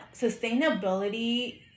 sustainability